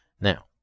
Now